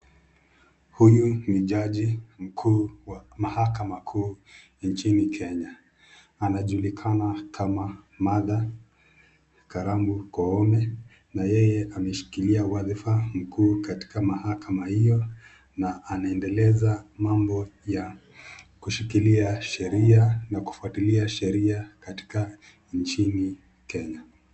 Huyu ni jaji mkuu wa mahakama kuu nchini Kenya, anajulikana kama Martha Karambu Koome na yeye ameshikilia wadhifa mkuu katika mahakama hiyo na anaendeleza mambo ya kushikilia sheria na kifuatilia sheria katika nchini Kenya.